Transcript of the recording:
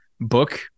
book